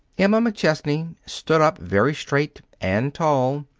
emma mcchesney stood up very straight and tall.